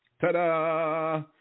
Ta-da